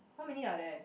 how many are there